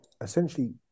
essentially